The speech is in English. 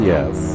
Yes